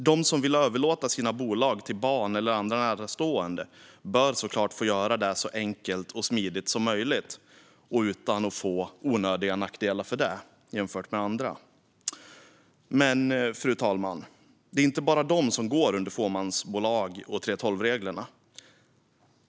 De som vill överlåta sina bolag till barn eller andra närstående bör självklart få göra det så enkelt och smidigt som möjligt och utan att få onödiga nackdelar jämfört med andra. Det är dock inte bara dessa som går under fåmansbolagen och 3:12-reglerna.